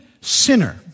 sinner